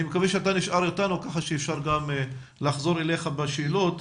אני מקווה שאתה נשאר אותנו כך שנוכל לחזור אליך עם שאלות.